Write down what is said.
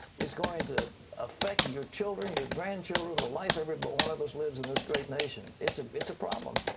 its going to affect your children and your grandchildren, the life every but one of us lives in this great nation. its ah its a problem.